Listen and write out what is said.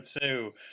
two